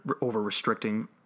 over-restricting